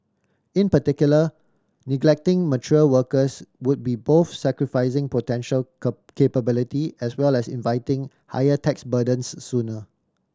in particular neglecting mature workers would be both sacrificing potential capability as well as inviting higher tax burdens sooner